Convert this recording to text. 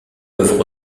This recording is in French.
peuvent